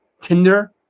tinder